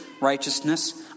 righteousness